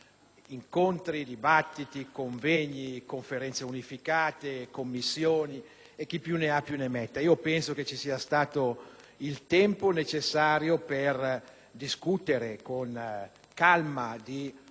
incontri, dibattiti, convegni, conferenze unificate, commissioni, e chi più ne ha più ne metta. Penso che ci sia stato il tempo necessario per discutere con calma di